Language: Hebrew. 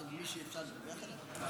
של מי שאפשר לדווח לו?